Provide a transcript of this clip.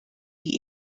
die